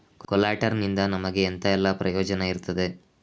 ಕೊಲ್ಯಟರ್ ನಿಂದ ನಮಗೆ ಎಂತ ಎಲ್ಲಾ ಪ್ರಯೋಜನ ಇರ್ತದೆ?